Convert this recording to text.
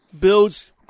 builds